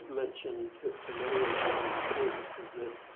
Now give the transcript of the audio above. mentioned to many of you the importance of this,